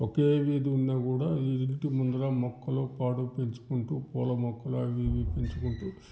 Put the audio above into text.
ఒకే వీధి ఉన్నా కూడా ఈ ఇం ఇంటి ముందర మొక్కలు పాడు పెంచుకుంటు పూల మొక్కలు అవి ఇవి పెంచుకుంటు